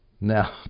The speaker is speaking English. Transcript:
Now